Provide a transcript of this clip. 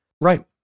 Right